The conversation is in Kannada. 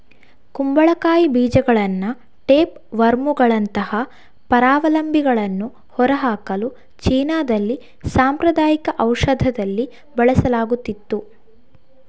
ಕುಂಬಳಕಾಯಿ ಬೀಜಗಳನ್ನ ಟೇಪ್ ವರ್ಮುಗಳಂತಹ ಪರಾವಲಂಬಿಗಳನ್ನು ಹೊರಹಾಕಲು ಚೀನಾದಲ್ಲಿ ಸಾಂಪ್ರದಾಯಿಕ ಔಷಧದಲ್ಲಿ ಬಳಸಲಾಗುತ್ತಿತ್ತು